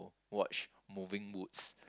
watch moving woods